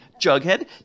Jughead